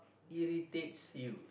irritates you